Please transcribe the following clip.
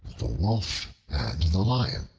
the wolf and the lion